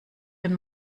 den